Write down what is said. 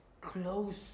close